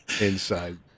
Inside